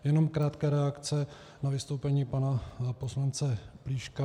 Jenom krátká reakce na vystoupení pana poslance Plíška.